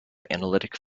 analytic